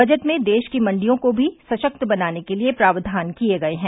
budget में देश की मंडियों को भी सशक्त बनाने के लिये प्रावधान किये गये हैं